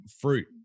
fruit